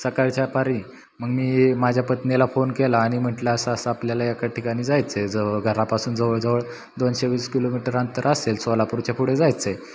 सकाळच्या पारी मग मी माझ्या पत्नीला फोन केला आणि म्हटलं असं असं आपल्याला एका ठिकाणी जायचं आहे जवळ घरापासून जवळजवळ दोनशे वीस किलोमीटर अंतर असेल सोलापूरच्या पुढे जायचं आहे